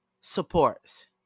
supports